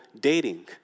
dating